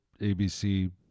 ABC